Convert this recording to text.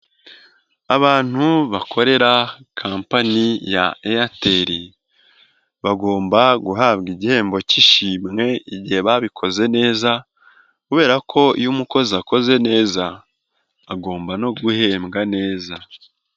Abantu bakorera kampani ya Airtel bagomba guhabwa igihembo k'ishimwe igihe babikoze neza kubera ko iyo umukozi akoze neza agomba no guhembwa neza.